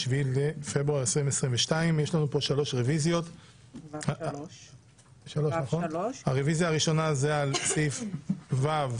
ה-7 לפברואר 2022. הנושא הראשון שעל סדר היום,